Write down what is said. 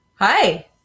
Hi